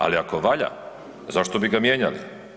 Ali ako valja, zašto bi ga mijenjali?